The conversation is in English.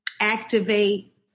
Activate